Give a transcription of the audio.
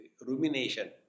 Rumination